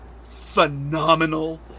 phenomenal